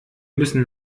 müssen